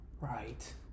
right